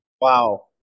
wow